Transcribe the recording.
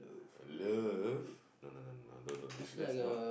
love no no no no no no don't don't that's not